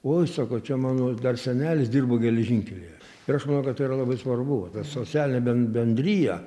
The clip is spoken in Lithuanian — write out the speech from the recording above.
oi sako čia mano dar senelis dirbo geležinkelyje ir aš manau kad tai yra labai svarbu ta socialinė ben bendrija